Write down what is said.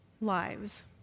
lives